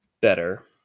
better